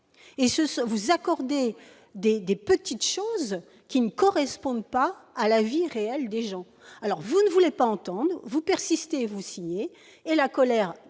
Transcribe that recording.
Vous accordez de petites choses qui ne correspondent pas à la vie réelle des gens. Vous ne voulez pas entendre, vous persistez et vous signez. La colère